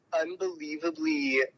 unbelievably